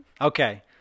okay